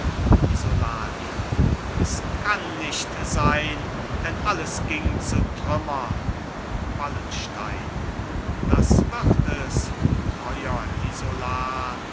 isolani es kann nicht sein denn alles ging zu trümmern wallenstein das wird es treuer isolan